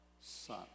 son